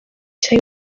cya